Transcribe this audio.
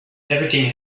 everything